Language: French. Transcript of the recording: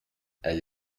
elle